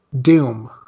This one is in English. Doom